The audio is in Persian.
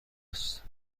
است